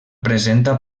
presenta